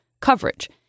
coverage